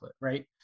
right